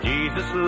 Jesus